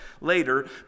later